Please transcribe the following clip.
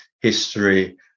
history